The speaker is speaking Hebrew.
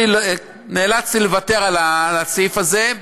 נאלצתי לוותר על הסעיף הזה,